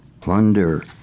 Plunder